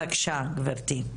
בבקשה גבירתי.